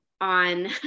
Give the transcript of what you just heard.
on